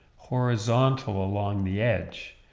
horizontal along the edge,